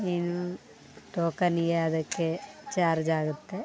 ಏನು ಟೋಕನಿಗೆ ಅದಕ್ಕೆ ಚಾರ್ಜ್ ಆಗುತ್ತೆ